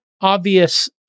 obvious